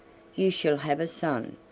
you shall have a son,